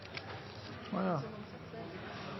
svar